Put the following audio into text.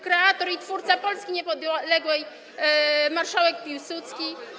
kreator, twórca Polski niepodległej marszałek Piłsudski.